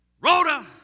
Rhoda